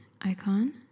icon